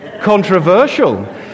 controversial